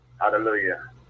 hallelujah